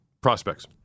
prospects